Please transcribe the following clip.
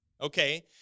okay